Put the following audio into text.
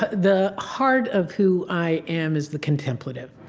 ah the heart of who i am is the contemplative.